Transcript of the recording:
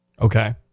Okay